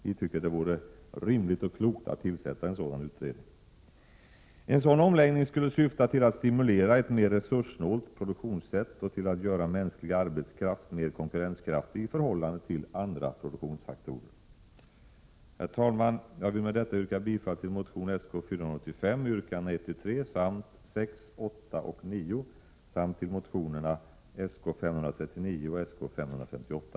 Vi tycker det vore rimligt och klokt att tillsätta en sådan utredning. En sådan omläggning skulle syfta till att stimulera ett mer resurssnålt produktionssätt och till att göra mänsklig arbetskraft mer konkurrenskraftig i förhållande till andra produktionsfaktorer. Herr talman! Jag vill med detta yrka bifall till motion Sk485, yrkandena 1-3 samt 6, 8 och 9, samt till motionerna Sk539 och Sk558.